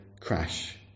crash